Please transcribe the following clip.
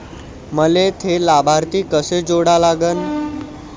मले थे लाभार्थी कसे जोडा लागन?